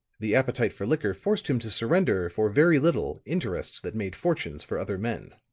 the appetite for liquor forced him to surrender, for very little, interests that made fortunes for other men.